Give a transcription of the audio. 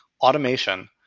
automation